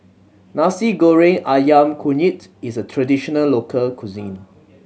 Nasi Goreng Ayam Kunyit is a traditional local cuisine